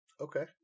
Okay